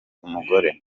umugore